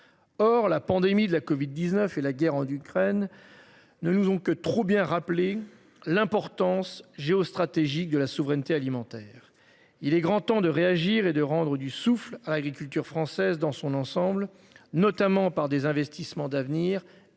Or, la pandémie de la Covid-19 et la guerre en Ukraine. Ne nous ont que trop bien rappeler l'importance géostratégique de la souveraineté alimentaire. Il est grand temps de réagir et de rendre du souffle à l'agriculture française dans son ensemble, notamment par des investissements d'avenir et les